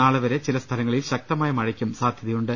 നാളെ വരെ ചില സ്ഥലങ്ങളിൽ ശക്തമായ മഴയ്ക്കും സാധ്യതയുണ്ട്